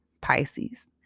Pisces